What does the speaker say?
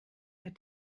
hat